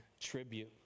tribute